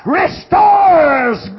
restores